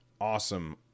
awesome